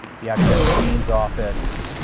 the academic dean's office,